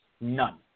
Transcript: None